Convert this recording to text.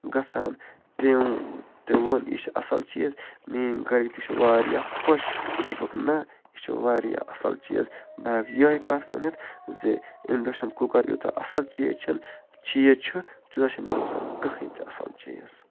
گژھان تٔمۍ تٔمۍ ووٚن یہِ چھِ اَصٕل چیٖز میٲنۍ گَرٕکۍ تہِ چھِ واریاہ خۄش دوٚپُکھ نہ یہِ چھِ واریاہ اَصٕل چیٖز بہٕ ہٮ۪کہٕ یِہٕے کَتھ وٕنِتھ زِ اِنٛڈَکشَن کُکَر یوٗتاہ اَصٕل چیٖز چھِنہٕ چیٖز چھُ تیوٗتاہ چھِنہٕ مےٚ باسان کٔہٕنۍ تہِ اَصٕل چیٖز